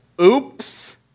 Oops